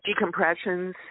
Decompressions